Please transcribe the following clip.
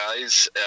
guys